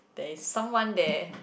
there is someone there